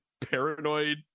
paranoid